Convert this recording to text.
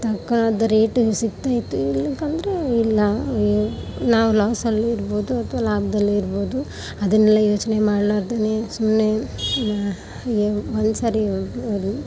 ತಕ್ಕಾದ ರೇಟಿಗೆ ಸಿಕ್ತಾಯಿತ್ತು ಇಲ್ಲಕಂದರೆ ಇಲ್ಲ ನಾವು ಲಾಸಲ್ಲೂ ಇರ್ಬೋದು ಅಥವಾ ಲಾಭದಲ್ಲೂ ಇರ್ಬೋದು ಅದನ್ನೆಲ್ಲ ಯೋಚನೆ ಮಾಡ್ಲಾರ್ದೆ ಸುಮ್ಮನೆ ಏನು ಒಂದು ಸರಿ ಹೋಗ್ಲಿ